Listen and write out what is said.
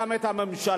וגם את הממשלה,